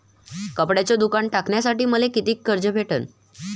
कपड्याचं दुकान टाकासाठी मले कितीक कर्ज भेटन?